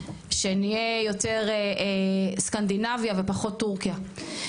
שנהיה יותר סקנדינביה ופחות טורקיה,